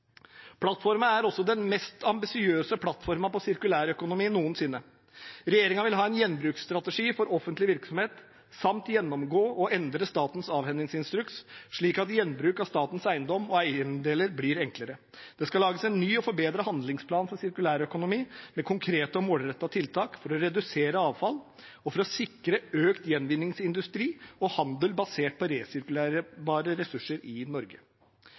Plattformen er den mest ambisiøse plattformen på sirkulærøkonomi noensinne. Regjeringen vil ha en gjenbruksstrategi for offentlig virksomhet samt gjennomgå og endre statens avhendingsinstruks slik at gjenbruk av statens eiendom og eiendeler blir enklere. Det skal lages en ny og forbedret handlingsplan for sirkulærøkonomi med konkrete og målrettede tiltak for å redusere avfall og for å sikre økt gjenvinningsindustri og handel basert på resirkulerbare ressurser i Norge.